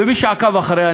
מי שעקב אחריה,